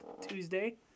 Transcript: Tuesday